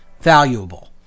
valuable